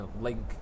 Link